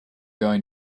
going